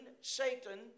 Satan